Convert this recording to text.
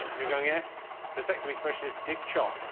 you're going f protecting me especially this dick chop,